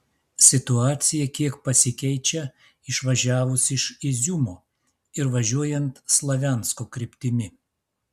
situacija kiek pasikeičia išvažiavus iš iziumo ir važiuojant slaviansko kryptimi